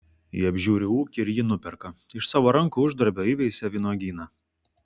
ji apžiūri ūkį ir jį nuperka iš savo rankų uždarbio įveisia vynuogyną